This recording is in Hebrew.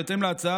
בהתאם להצעה,